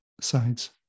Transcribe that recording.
sides